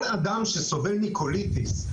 כל אדם שסובל מקוליטיס,